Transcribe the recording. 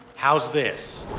how's this?